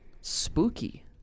Spooky